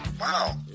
Wow